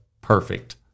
perfect